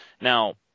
Now